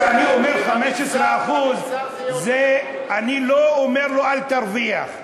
לא, כשאני אומר 15% אני לא אומר לו: אל תרוויח.